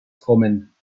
kommen